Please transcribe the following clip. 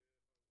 תודה רבה.